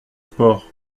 sport